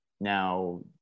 now